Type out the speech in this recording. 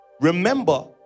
Remember